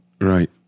Right